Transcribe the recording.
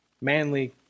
Manly